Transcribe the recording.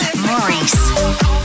Maurice